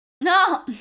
No